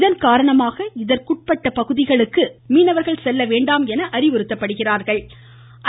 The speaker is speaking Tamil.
இதன் காரணமாக இதற்குட்பட்ட பகுதிகளுக்கு மீனவர்கள் செல்ல வேண்டாம் என அறிவுறுத்தப்படுகிறார்கள்